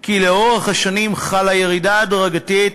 כי לאורך שנים חלה ירידה הדרגתית